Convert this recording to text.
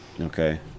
Okay